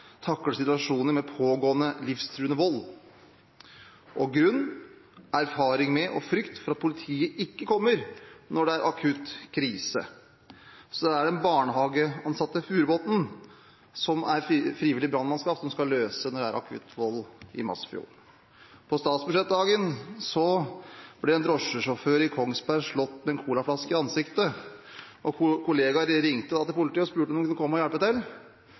takle situasjoner med pågående livstruende vold. Grunnen var erfaring med og frykt for at politiet ikke kommer når det er akutt krise. Så da er det barnehageansatte Furubotn, som er frivillig i brannvesenet, som skal løse det når det er akutt vold i Masfjorden. På statsbudsjettdagen ble en drosjesjåfør i Kongsberg slått med en colaflaske i ansiktet. Kollegaer ringte da til politiet og spurte om de kunne komme og hjelpe til,